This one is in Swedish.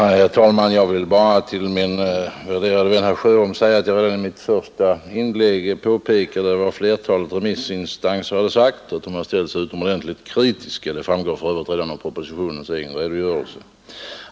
Herr talman! Jag vill bara säga till min värderade vän herr Sjöholm att jag i mitt första inlägg påpekade att flertalet remissinstanser hade ställt sig utomordentligt kritiska. Det framgår för övrigt redan av propositionens redogörelse.